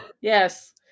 Yes